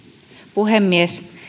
puhemies